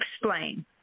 Explain